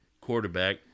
quarterback